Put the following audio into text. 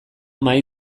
mahai